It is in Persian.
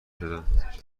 دادم